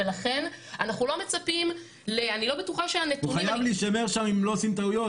הוא חייב להישמר שם אם לא עושים טעויות.